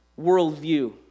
worldview